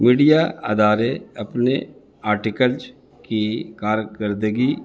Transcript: media ادارے اپنے articles کی کارکردگی